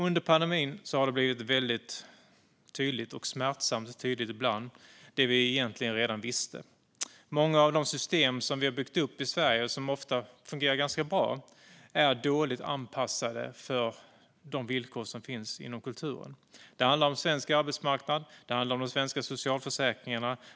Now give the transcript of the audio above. Under pandemin har det som vi egentligen redan visste blivit tydligt - ibland smärtsamt tydligt. Många av de system vi har byggt upp i Sverige och som ofta fungerar ganska bra är dåligt anpassade för de villkor som finns inom kulturen. Det handlar om svensk arbetsmarknad, och det handlar om de svenska socialförsäkringarna.